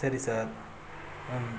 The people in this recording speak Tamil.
சரி சார் ம்